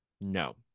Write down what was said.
No